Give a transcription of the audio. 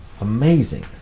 Amazing